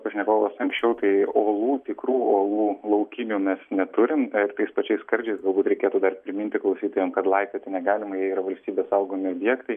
pašnekovas anksčiau tai uolų tikrų uolų laukinių mes neturim tais pačiais skardžiais galbūt reikėtų dar priminti klausytojam kad laipioti negalima jie yra valstybės saugomi objektai